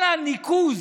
כל הניקוז